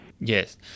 Yes